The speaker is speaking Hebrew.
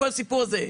כל הסיפור הזה,